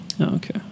Okay